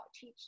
teach